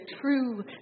true